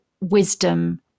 wisdom